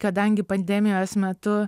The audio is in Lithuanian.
kadangi pandemijos metu